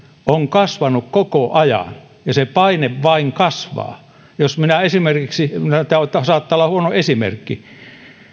on kasvanut koko ajan ja se paine vain kasvaa jos minä esimerkiksi tämä saattaa olla huono esimerkki